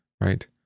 right